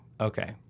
okay